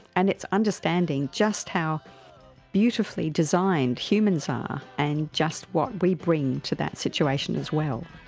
and it's understanding just how beautifully designed humans are and just what we bring to that situation as well.